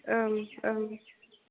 ओं ओं